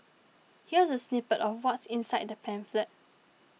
here's a snippet of what's inside the pamphlet